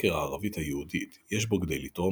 חקר הערבית היהודית יש בו כדי לתרום